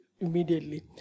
immediately